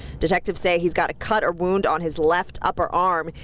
detectives say he's got a cut or wound on his left upper arm.